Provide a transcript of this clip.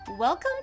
Welcome